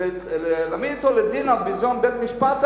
להעמיד אותו לדין על ביזיון בית-המשפט,